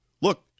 Look